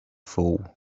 fool